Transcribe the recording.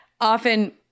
often